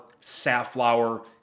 safflower